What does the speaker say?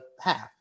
half